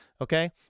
okay